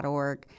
org